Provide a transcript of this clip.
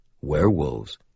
Werewolves